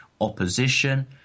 opposition